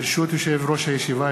ברשות יושב-ראש הישיבה,